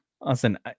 listen